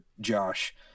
josh